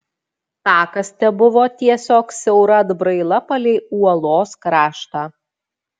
takas tebuvo tiesiog siaura atbraila palei uolos kraštą